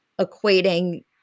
equating